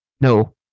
no